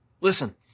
Listen